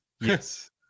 yes